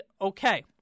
okay